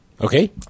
Okay